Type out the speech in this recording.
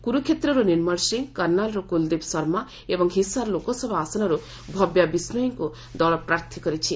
କୁରୁକ୍ଷେତ୍ରରୁ ନିର୍ମଳ ସିଂହ କର୍ଣ୍ଣାଲରୁ କୁଲଦୀପ ଶର୍ମା ଏବଂ ହିସାର ଲୋକସଭା ଆସନରୁ ଭବ୍ୟା ବିଷ୍ଣୋଇଙ୍କୁ ଦଳ ପ୍ରାର୍ଥୀ କରିଛି